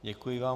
Děkuji vám.